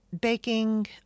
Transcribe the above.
baking